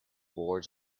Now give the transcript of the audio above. boards